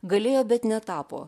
galėjo bet netapo